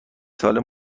ساله